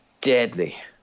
deadly